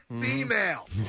female